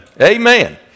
Amen